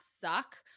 suck